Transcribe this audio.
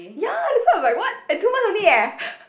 ya that's why I'm like what at two months only eh